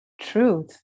truth